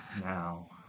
Now